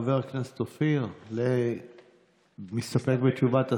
חבר הכנסת אופיר, מסתפק בתשובת השר?